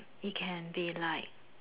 it can be like